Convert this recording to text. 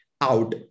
out